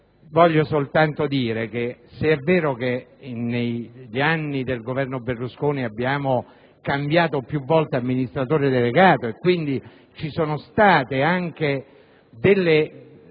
voglio dire che è vero che negli anni del Governo Berlusconi abbiamo cambiato più volte amministratore delegato e che ci sono state delle